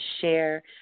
share